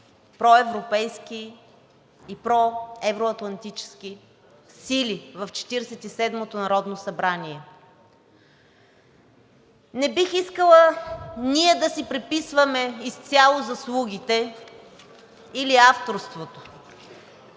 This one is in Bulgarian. проевропейски и проевро-атлантически сили в Четиридесет и седмото народно събрание. Не бих искала ние да си приписваме изцяло заслугите или авторството.